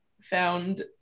found